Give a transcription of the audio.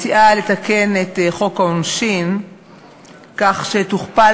מציעה לתקן את חוק העונשין כך שתוכפל